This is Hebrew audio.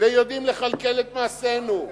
ויודעים לכלכל את מעשינו,